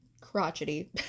crotchety